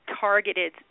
targeted